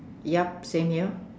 yup same here